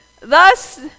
Thus